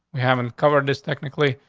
we haven't covered this technically,